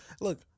Look